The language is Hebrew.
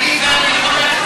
סעיפים 1 2